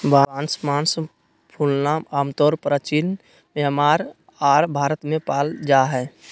बांस मास फूलना आमतौर परचीन म्यांमार आर भारत में पाल जा हइ